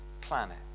planet